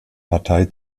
partei